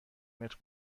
متر